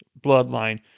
bloodline